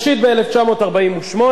ואחר כך ב-1967.